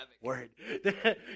Word